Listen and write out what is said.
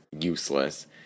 useless